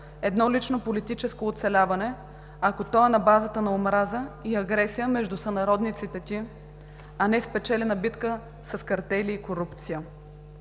едно лично политическо оценяване, ако то е на базата на омраза и агресия между сънародниците ти, а не спечелена битка с картели и корупция?